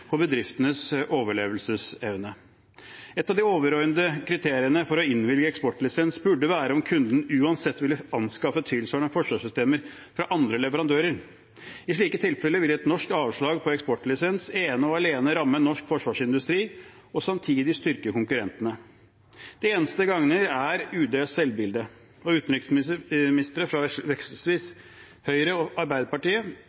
for bedriftenes overlevelsesevne. Et av de overordnede kriteriene for å innvilge eksportlisens burde være om kunden uansett ville anskaffet tilsvarende forsvarssystemer fra andre leverandører. I slike tilfeller vil et norsk avslag på søknad om eksportlisens ene og alene ramme norsk forsvarsindustri og samtidig styrke konkurrentene. Det eneste det gagner, er UDs selvbilde, og utenriksministre fra